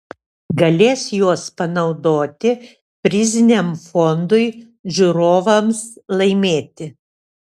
galės juos panaudoti priziniam fondui žiūrovams laimėti